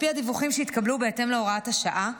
על פי הדיווחים שהתקבלו בהתאם להוראת השעה,